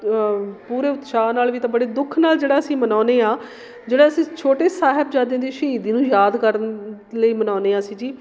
ਪੂਰੇ ਉਤਸ਼ਾਹ ਨਾਲ ਵੀ ਤਾਂ ਬੜੇ ਦੁੱਖ ਨਾਲ ਜਿਹੜਾ ਅਸੀਂ ਮਨਾਉਂਦੇ ਹਾਂ ਜਿਹੜਾ ਅਸੀਂ ਛੋਟੇ ਸਾਹਿਬਜ਼ਾਦਿਆਂ ਦੇ ਸ਼ਹੀਦੀ ਨੂੰ ਯਾਦ ਕਰਨ ਲਈ ਮਨਾਉਂਦੇ ਹਾਂ ਅਸੀਂ ਜੀ